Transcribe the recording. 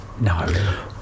No